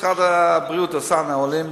משרד הבריאות עשה נהלים,